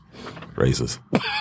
racist